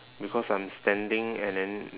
because I'm standing and then